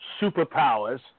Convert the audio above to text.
superpowers